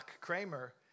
Kramer